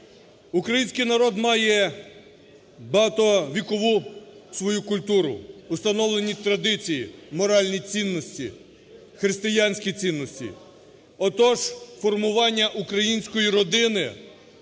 Український народ має багатовікову свою культуру, установлені традиції, моральні цінності, християнські цінності. Отож, формування української родини